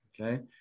Okay